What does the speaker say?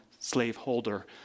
Slaveholder